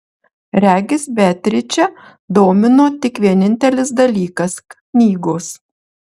regis beatričę domino tik vienintelis dalykas knygos